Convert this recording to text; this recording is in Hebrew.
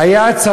לפני המשבר.